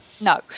No